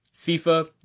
FIFA